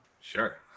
Sure